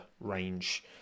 range